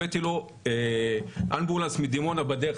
הבאתי לו אמבולנס מדימונה בדרך,